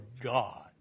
God